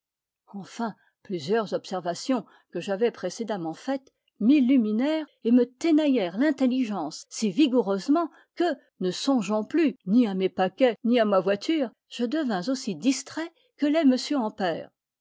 enfin plusieurs observations que j'avais précédemment faites m'illuminèrent et me tenaillèrent l'intelligence si vigoureusement que ne songeant plus ni à mes paquets ni à ma voilure je devins aussi distrait que l'est m ampère